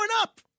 up